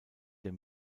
der